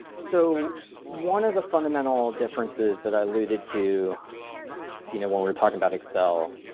so one of the fundamental differences that i alluded to you know when we're talking about excel,